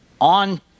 on